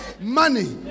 money